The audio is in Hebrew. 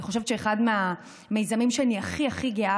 אני חושבת שאחד מהמיזמים שאני הכי הכי גאה